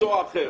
מקצוע אחר.